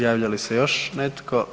Javlja li se još netko?